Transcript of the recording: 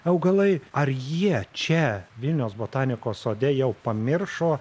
augalai ar jie čia vilniaus botanikos sode jau pamiršo